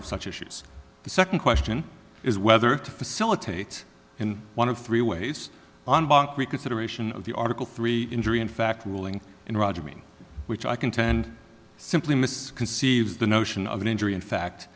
of such issues the second question is whether to facilitate in one of three ways on bank reconsideration of the article three injury in fact ruling in roger mean which i contend simply misconceived the notion of an injury in fact